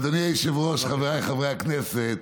אדוני היושב-ראש, חבריי חברי הכנסת,